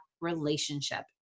relationship